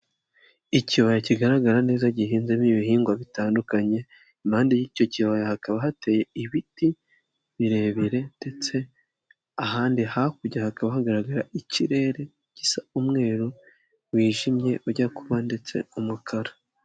Ikibaya kigaragara neza gihinzemo ibihingwa bitandukanye, impande y'icyo kibaya hakaba hateye ibiti birebire ndetse ahandi hakurya hakaba hagaragara ikirere gisa umweru w'ijimye ujya kuba ndetse umukara.